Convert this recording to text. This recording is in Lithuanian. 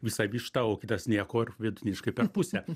visą vištą o kitas nieko ir vidutiniškai per pusę